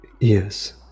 Yes